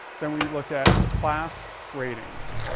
then we look at class, ratings.